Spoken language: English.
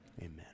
Amen